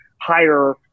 hire